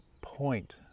point